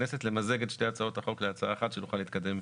למזג את שתי הצעות החוק כהצעה אחת כדי שנוכל להתקדם.